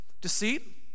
Deceit